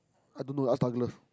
I don't know ask Douglas